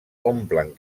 omplen